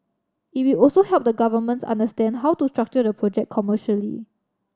it will also help the governments understand how to structure the project commercially